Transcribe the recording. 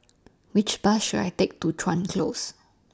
Which Bus should I Take to Chuan Close